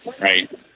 right